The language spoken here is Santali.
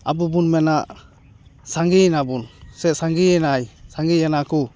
ᱟᱵᱚ ᱵᱚᱱ ᱢᱮᱱᱟ ᱥᱟᱸᱜᱮᱭᱮᱱᱟᱵᱚᱱ ᱥᱮ ᱥᱟᱸᱜᱮᱭᱮᱱᱟᱭ ᱥᱟᱸᱜᱮᱭᱮᱱᱟ ᱠᱚ